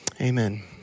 amen